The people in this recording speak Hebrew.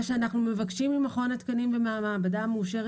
מה שאנחנו מבקשים ממכון התקנים ומהמעבדה המאושרת